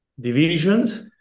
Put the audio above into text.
divisions